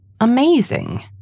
Amazing